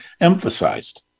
emphasized